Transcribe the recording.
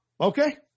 okay